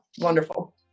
wonderful